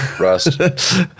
Rust